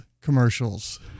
commercials